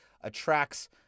attracts